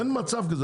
אין מצב כזה,